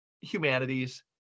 humanities